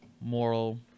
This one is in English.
moral